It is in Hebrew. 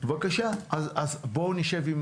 בבקשה, אז בואו נשב עם